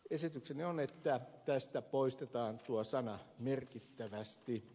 esitykseni on että tästä poistetaan tuo sana merkittävästi